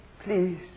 please